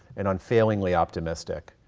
and unfailingly optimistic.